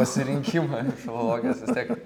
pasirinkimą filologijos vis tiek